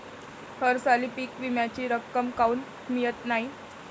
हरसाली पीक विम्याची रक्कम काऊन मियत नाई?